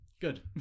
Good